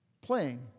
Playing